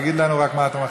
תגיד לנו רק מה אתה מחליט.